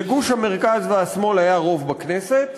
לגוש המרכז והשמאל היה רוב בכנסת,